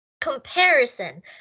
comparison